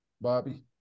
Bobby